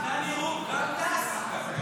אדוני היושב-ראש, עמיתיי חברי הכנסת,